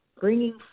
bringing